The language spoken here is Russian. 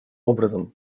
образом